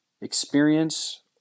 experience